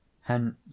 hence